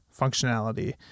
functionality